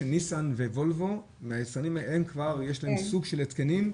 שלניסן ולוולוו יש להם סוג של התקנים,